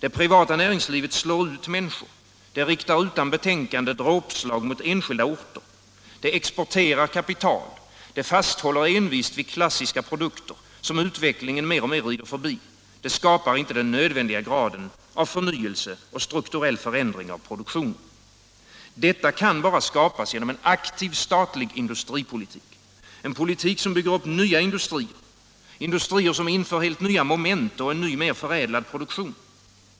Det privata näringslivet slår ut människor, det riktar utan betänkande dråpslag mot enskilda orter, det exporterar kapital, det fasthåller envist vid klassiska produkter, som utvecklingen mer och mer rider förbi, det skapar inte den nödvändiga graden av förnyelse och strukturell förändring av produktionen. Den kan bara skapas genom en aktiv statlig industripolitik, en politik som bygger upp nya industrier som inför helt nya moment och en ny, mer förädlad produktion.